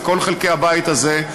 מכל חלקי הבית הזה,